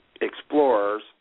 explorers